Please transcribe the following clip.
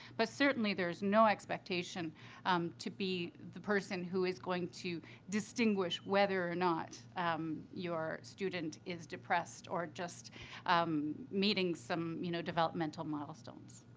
but certainly there's no expectation to be the person who is going to distinguish whether or not um your student is depressed or just meeting some, you know, developmental milestones.